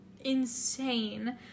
insane